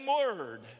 word